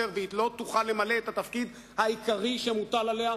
והיא לא תוכל למלא את התפקיד העיקרי שמוטל עליה,